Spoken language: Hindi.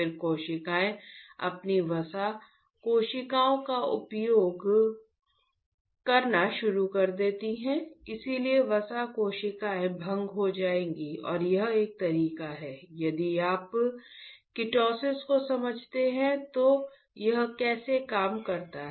फिर कोशिकाएं अपनी वसा कोशिकाओं का उपयोग करना शुरू कर देती हैं इसलिए वसा कोशिकाएं भंग हो जाएगी और यह एक तरीका है यदि आप किटोसिस को समझते हैं कि यह कैसे काम करता है